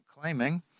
claiming